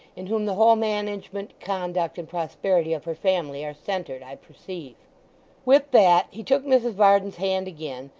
in whom the whole management, conduct, and prosperity of her family are centred, i perceive with that he took mrs varden's hand again,